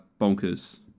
bonkers